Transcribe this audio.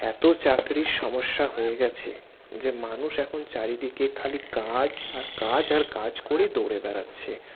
এত চাকরির সমস্যা হয়ে গেছে যে মানুষ এখন চারিদিকে খালি কাজ আর কাজ আর কাজ করেই দৌড়ে বেড়াচ্ছে